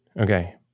Okay